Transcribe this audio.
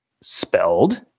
Spelled